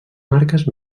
marques